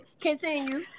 Continue